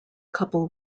couple